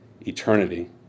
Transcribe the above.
eternity